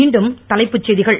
மீண்டும் தலைப்புச் செய்திகள்